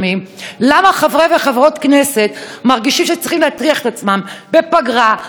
למה חברי וחברות כנסת מרגישים שהם צריכים להטריח את עצמם בפגרה ולהגיע,